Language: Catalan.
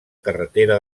carretera